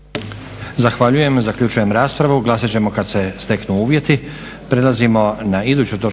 Zahvaljujem. Zaključujem raspravu. Glasat ćemo kad se steknu uvjeti.